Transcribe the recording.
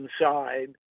inside